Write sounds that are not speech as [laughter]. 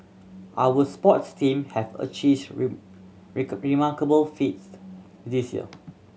our sports team have achieved [unintelligible] remarkable feats this year